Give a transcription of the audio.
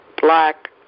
black